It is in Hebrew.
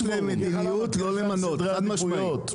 יש מדיניות לא למנות, חד משמעית.